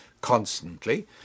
constantly